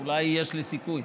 אולי יש לי סיכוי.